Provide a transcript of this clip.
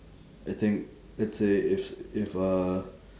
I think let's say if if uh